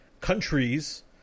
countries